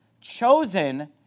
chosen